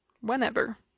whenever